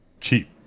cheap